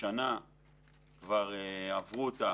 השנה כבר עבורו אותה